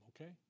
okay